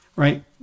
Right